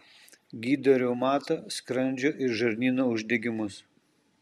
gydo reumatą skrandžio ir žarnyno uždegimus